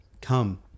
come